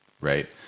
right